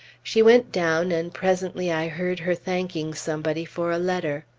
she went down, and presently i heard her thanking somebody for a letter.